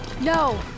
No